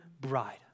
bride